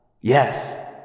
Yes